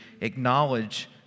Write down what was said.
acknowledge